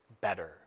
better